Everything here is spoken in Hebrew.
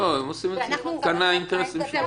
לא, כאן האינטרסים משותפים.